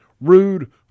rude